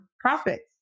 profits